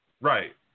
Right